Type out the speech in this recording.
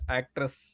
actress